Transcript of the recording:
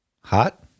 Hot